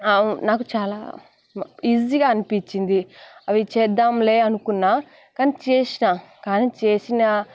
నాకు చాలా ఈజీగా అనిపించింది అది చేద్దాంలే అనుకున్న కానీ చేసాను కానీ చేసిన